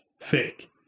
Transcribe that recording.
fake